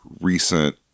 recent